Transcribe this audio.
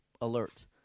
alert